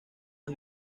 los